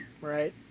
Right